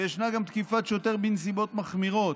וישנה גם תקיפת שוטר בנסיבות מחמירות.